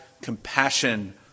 compassion